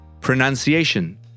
Pronunciation